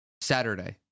Saturday